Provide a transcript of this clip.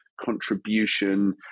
contribution